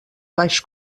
baix